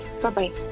Bye-bye